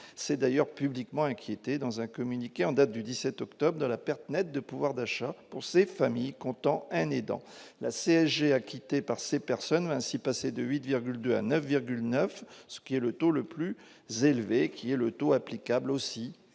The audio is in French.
c'est d'ailleurs publiquement inquiété dans un communiqué en date du 17 octobre de la perte nette de pouvoir d'achat pour ces familles comptant un et dans la CSG acquittée par ces personnes ainsi passer de 8,2 à 9,9 ce qui est le taux le plus z'élevé qui est le taux applicable aussi